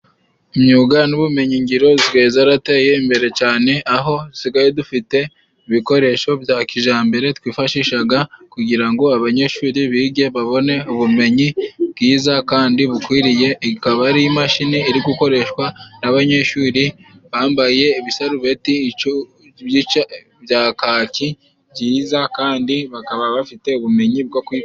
Imyuga n'ubumenyingiro zisigaye zarateye imbere cane, aho dusigaye dufite ibikoresho bya kijambere twifashishaga kugira ngo abanyeshuri bige babone ubumenyi bwiza kandi bukwiriye. Iyi ikaba ari imashini iri gukoreshwa n'abanyeshuri bambaye ibisarubeti ico ibyica bya kaki byiza kandi bakaba bafite ubumenyi bwo kuyikoresha.